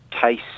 case